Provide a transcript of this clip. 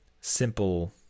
simple